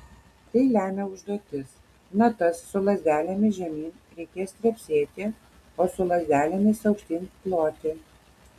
tai lemia užduotis natas su lazdelėmis žemyn reikės trepsėti o su lazdelėmis aukštyn ploti